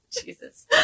Jesus